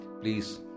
Please